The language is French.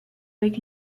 avec